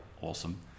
awesome